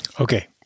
Okay